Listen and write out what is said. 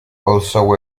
also